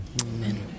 Amen